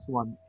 one